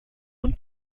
und